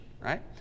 Right